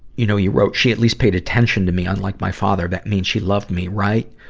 you know, you wrote, she at least paid attention to me, unlike my father. that means she loved me, right?